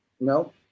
No